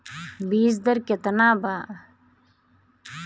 बीज दर केतना वा?